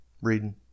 reading